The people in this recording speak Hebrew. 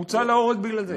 הוא הוצא להורג בגלל זה.